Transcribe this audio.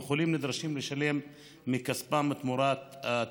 וחולים נדרשים לשלם מכספם תמורת הטיפול.